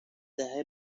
دهه